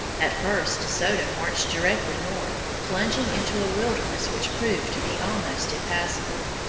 at first de soto marched directly north, plunging into a wilderness which proved to be almost impassable.